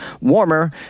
warmer